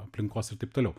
aplinkos ir taip toliau